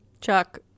Chuck